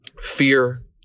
Fear